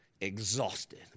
exhausted